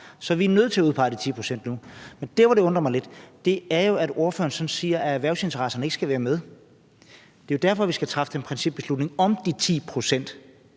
Så vi er nødt til at udpege de 10 pct. nu. Men det, der undrer mig lidt, er, at ordføreren sådan siger, at erhvervsinteresserne ikke skal være med. Det er jo derfor, vi skal træffe den principbeslutning om de 10 pct.,